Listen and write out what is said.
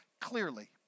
clearly